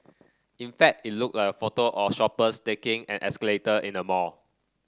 in fact it looked a photo or shoppers taking an escalator in a mall